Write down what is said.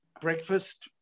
breakfast